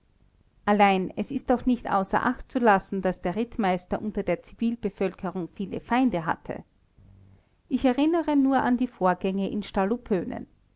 allein es ist doch nicht außer acht zu lassen daß der rittmeister unter der zivilbevölkerung viele feinde hatte ich erinnere nur an die vorgänge in